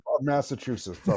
massachusetts